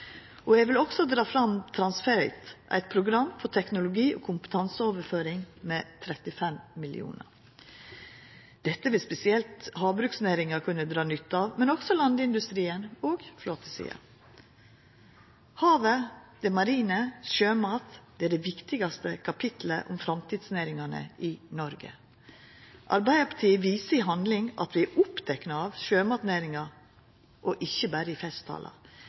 Eg vil også dra fram Transferit, eit program for teknologi- og kompetanseoverføring, som vi styrkjer med 35 mill. kr. Dette vil spesielt havbruksnæringa kunna dra nytte av, men også landindustrien og flåtesida. Havet, det marine, sjømat, det er det viktigaste kapittelet om framtidsnæringane i Noreg. Arbeidarpartiet viser i handling at vi er opptekne av sjømatnæringa – og ikkje berre i festtalar.